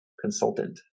consultant